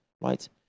right